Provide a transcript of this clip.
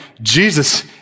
Jesus